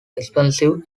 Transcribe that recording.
expensive